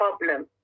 problem